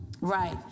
Right